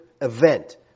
event